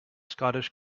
scottish